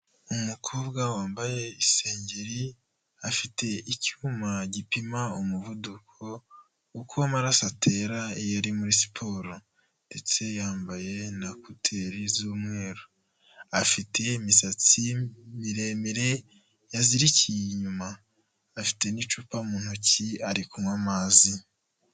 Umukobwa wambaye isengeri afite icyuma gipima umuvuduko, uko amaraso atera iyo uri muri siporo ndetse yambaye na ekuteri z'umweru, afite imisatsi miremire yazirikiye inyuma, afite n'icupa mu ntoki ari kunywa amazi.